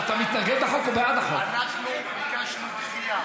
תן להם אפשרות להשיב.